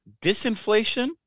disinflation